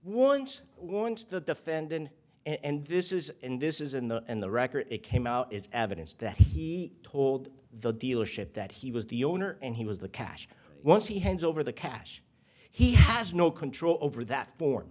once once the defendant and this is in this is in the in the record it came out it's evidence that he told the dealership that he was the owner and he was the cash once he hands over the cash he has no control over that bor